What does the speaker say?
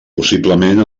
possiblement